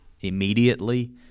immediately